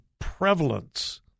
prevalence